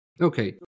Okay